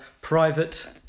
private